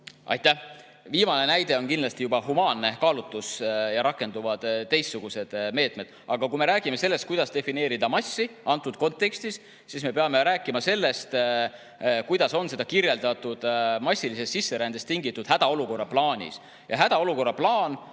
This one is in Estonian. Aitäh! Viimase näite puhul on kindlasti tegu juba humaanse kaalutlusega ja rakenduvad teistsugused meetmed. Aga kui me räägime sellest, kuidas defineerida massi antud kontekstis, siis me peame rääkima sellest, kuidas on seda kirjeldatud massilisest sisserändest tingitud hädaolukorra plaanis.